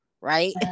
right